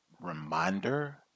reminder